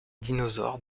dinosaure